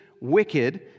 wicked